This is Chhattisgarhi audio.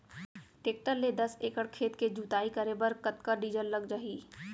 टेकटर ले दस एकड़ खेत के जुताई करे बर कतका डीजल लग जाही?